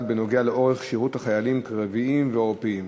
בנוגע לאורך השירות של חיילים קרביים ועורפיים,